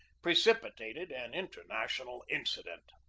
precipitated an international incident.